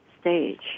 stage